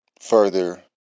further